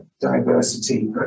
diversity